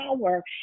power